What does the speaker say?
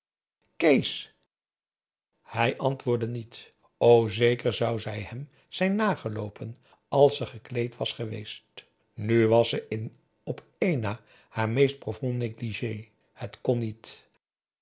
hij antwoordde niet o zeker zou zij hem zijn nageloopen als ze gekleed was geweest nu was ze in op één na haar meest profond négligé het kon niet